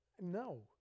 No